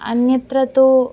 अन्यत्र तु